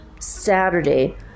Saturday